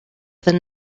than